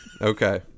Okay